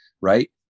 right